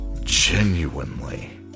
genuinely